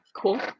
Cool